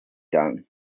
down